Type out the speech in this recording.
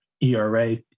ERA